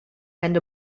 and